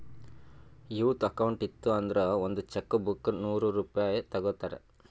youth account ಇತ್ತು ಅಂದುರ್ ಒಂದ್ ಚೆಕ್ ಬುಕ್ಗ ನೂರ್ ರೂಪೆ ತಗೋತಾರ್